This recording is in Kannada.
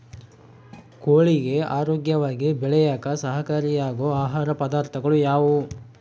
ಕೋಳಿಗೆ ಆರೋಗ್ಯವಾಗಿ ಬೆಳೆಯಾಕ ಸಹಕಾರಿಯಾಗೋ ಆಹಾರ ಪದಾರ್ಥಗಳು ಯಾವುವು?